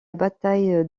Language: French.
bataille